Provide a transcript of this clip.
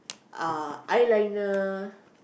uh eyeliner